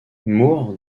moore